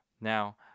Now